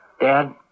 Dad